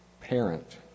parent